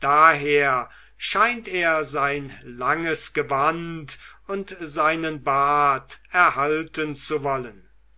daher scheint er sein langes gewand und seinen bart erhalten zu wollen